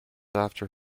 after